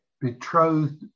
betrothed